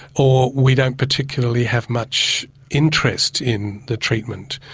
or we don't particularly have much interest in the treatment.